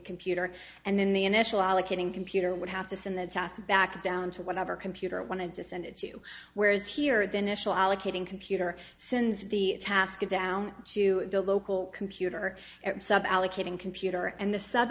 computer and then the initial allocating computer would have to send the sas back down to whatever computer wanted to send it to whereas here the national allocating computer sends the task down to the local computer allocating computer and the sub